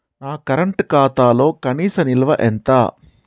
నా కరెంట్ ఖాతాలో కనీస నిల్వ ఎంత?